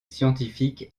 scientifique